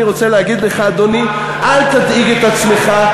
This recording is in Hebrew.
אני, אני רוצה להגיד לך, אדוני, אל תדאיג את עצמך.